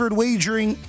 wagering